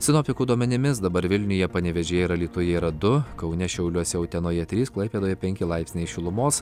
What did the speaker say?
sinoptikų duomenimis dabar vilniuje panevėžyje ir alytuje yra du kaune šiauliuose utenoje trys klaipėdoje penki laipsniai šilumos